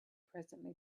presently